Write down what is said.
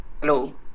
Hello